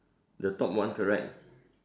the top one correct